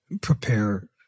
prepare